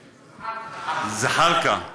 זחאלקָה.